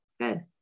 Good